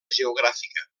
geogràfica